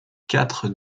quatre